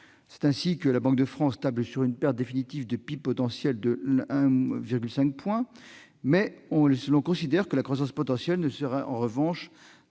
d'illustration, la Banque de France table sur une perte définitive de PIB potentiel de l'ordre de 1,5 point, mais considère que la croissance potentielle ne serait en revanche